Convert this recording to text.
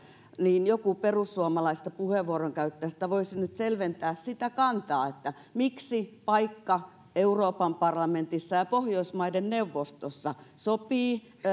niin joku perussuomalaisista puheenvuoron käyttäjistä voisi nyt selventää sitä kantaa miksi paikka euroopan parlamentissa ja pohjoismaiden neuvostossa kansainvälisillä kentillä sopii